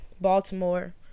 Baltimore